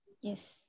Yes